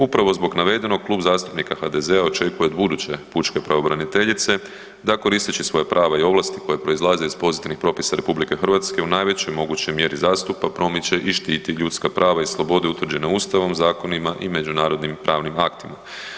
Upravo zbog navedenog Klub zastupnika HDZ-a očekuje od buduće pučke pravobraniteljice da koristeći svoja prava i ovlasti koja proizlaze iz pozitivnih propisa RH u najvećoj mogućoj mjeri zastupa, promiče i štiti ljudska prava i slobode utvrđena ustavom, zakonima i međunarodnim aktima.